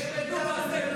יש, לדבר.